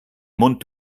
mund